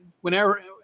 whenever